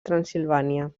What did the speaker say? transsilvània